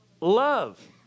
love